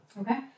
Okay